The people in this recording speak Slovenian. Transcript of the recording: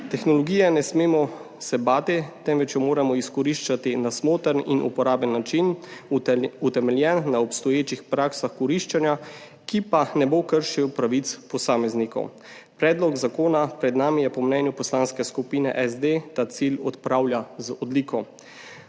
Tehnologije se ne smemo bati, temveč jo moramo izkoriščati na smotrn in uporaben način, utemeljen na obstoječih praksah koriščenja, ki pa ne bo kršil pravic posameznikov. Predlog zakona pred nami po mnenju Poslanske skupine SD ta cilj opravlja z odliko.